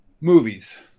Movies